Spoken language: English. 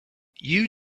you